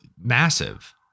massive